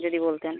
যদি বলতেন